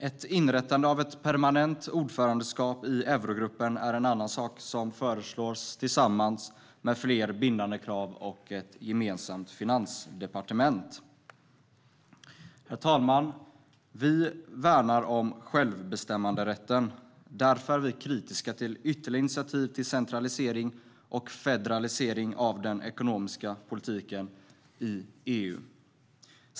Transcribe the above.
Ett inrättande av ett permanent ordförandeskap i eurogruppen är en annan sak som föreslås tillsammans med fler bindande krav och ett gemensamt finansdepartement. Herr talman! Vi värnar om självbestämmanderätten. Därför är vi kritiska till ytterligare initiativ till centralisering och federalisering av den ekonomiska politiken i EU.